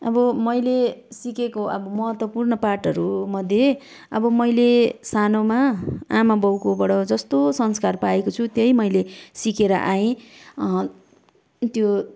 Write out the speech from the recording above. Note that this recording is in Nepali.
अब मैले सिकेको अब महत्त्वपूर्ण पाठहरू मध्ये अब मैले सानोमा आमा बाउकोबाट जस्तो संस्कार पाएँको छु त्यही मैले सिकेक आएँ त्यो